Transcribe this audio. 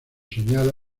señala